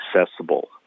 accessible